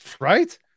right